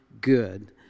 good